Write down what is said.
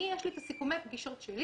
לי יש את סיכומי הפגישות שלי